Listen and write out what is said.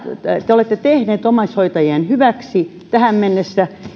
te te olette tehneet omaishoitajien hyväksi tähän mennessä niin